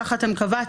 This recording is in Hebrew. ככה אתם קבעתם,